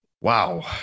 Wow